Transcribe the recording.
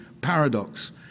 paradox